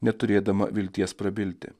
neturėdama vilties prabilti